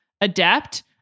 adept